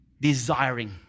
desiring